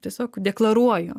tiesiog deklaruoju